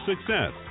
success